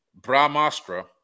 brahmastra